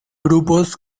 grupos